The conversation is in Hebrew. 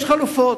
יש חלופות.